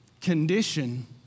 condition